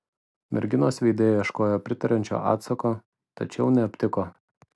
merginos veide ieškojo pritariančio atsako tačiau neaptiko